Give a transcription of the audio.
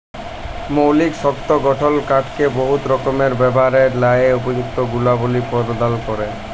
মৌলিক শক্ত গঠল কাঠকে বহুত রকমের ব্যাভারের ল্যাযে উপযুক্ত গুলবলি পরদাল ক্যরে